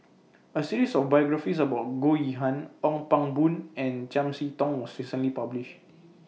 A series of biographies about Goh Yihan Ong Pang Boon and Chiam See Tong was recently published